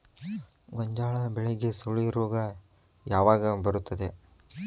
ಗೋಂಜಾಳ ಬೆಳೆಗೆ ಸುಳಿ ರೋಗ ಯಾವಾಗ ಬರುತ್ತದೆ?